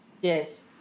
Yes